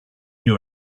you